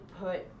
put